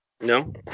No